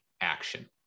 action